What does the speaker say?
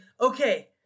okay